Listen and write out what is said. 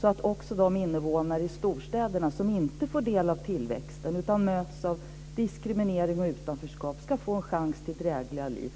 så att också de invånare i storstäderna som inte får del av tillväxten utan möts av diskriminering och utanförskap ska få en chans till drägliga liv.